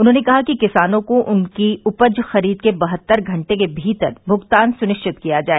उन्होंने कहा कि किसानों को उनकी उपज खरीद के बहत्तर घटे के भीतर भुगतान सुनिश्चित किया जाए